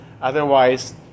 Otherwise